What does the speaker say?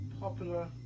popular